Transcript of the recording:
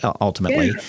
ultimately